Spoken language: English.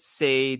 say